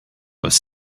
was